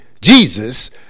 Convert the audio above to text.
Jesus